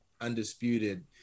Undisputed